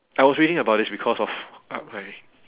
I was reading about this because of I I